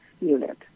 unit